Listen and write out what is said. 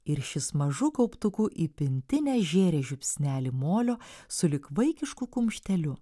ir šis mažu kauptuku į pintinę žėrė žiupsnelį molio sulig vaikišku kumšteliu